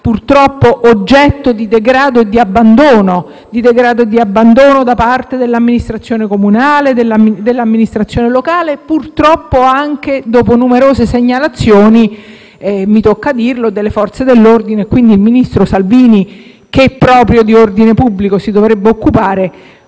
purtroppo, è oggetto di degrado e di abbandono: da parte dell'amministrazione comunale, dell'amministrazione locale e, purtroppo, anche, dopo numerose segnalazioni - mi tocca dirlo - delle Forze dell'ordine. Quindi, il ministro Salvini, che proprio di ordine pubblico si dovrebbe occupare,